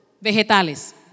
Vegetales